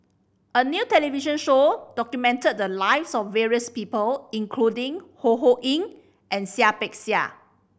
a new television show documented the lives of various people including Ho Ho Ying and Seah Peck Seah